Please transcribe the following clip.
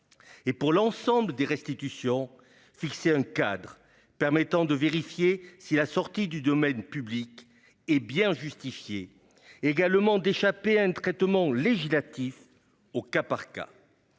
et pour l'ensemble des restitutions, fixer un cadre permettant de vérifier si la sortie du domaine public est bien justifiée et d'échapper à un traitement législatif au cas par cas.